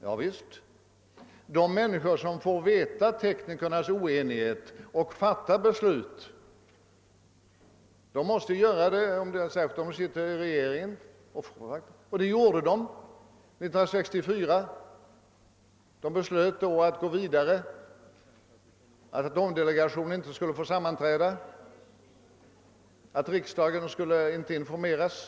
Javisst, de personer som får kännedom om teknikernas oenighet och som har att fatta beslut måste också göra detta, även om de sitter i regeringen. Så skedde 1964. Det beslöts då att atomenergidelegationen inte skulle få sammanträda och att riksdagen inte skulle informeras.